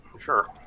Sure